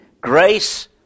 Grace